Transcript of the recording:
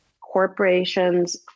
corporations